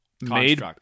made